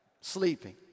Sleeping